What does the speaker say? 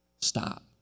Stop